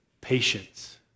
patience